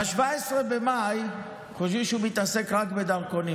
ב-17 במאי, חושבים שהוא מתעסק רק בדרכונים.